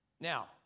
Now